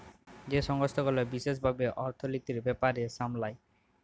যেই সংস্থা গুলা বিশেস ভাবে অর্থলিতির ব্যাপার সামলায়